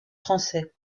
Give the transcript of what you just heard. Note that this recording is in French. français